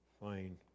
fine